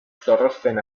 zorrozten